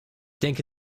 denke